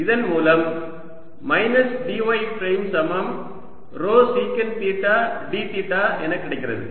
இதன் மூலம் minus dy prime சமம் ρ சீகண்ட் வர்க்க தீட்டா d தீட்டா என கிடைக்கிறது